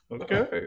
okay